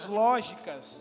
lógicas